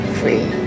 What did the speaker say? free